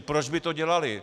Proč by to dělaly?